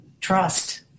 trust